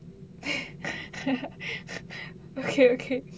okay okay